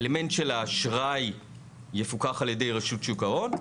האלמנט של האשראי יפוקח על ידי רשות שוק ההון,